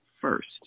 first